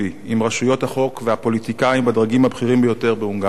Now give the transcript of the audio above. עם רשויות החוק והפוליטיקאים בדרגים הבכירים ביותר בהונגריה,